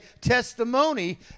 testimony